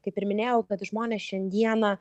kaip ir minėjau kad žmonės šiandieną